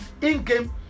in-game